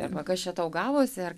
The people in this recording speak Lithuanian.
arba kas čia tau gavosi ar